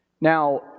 Now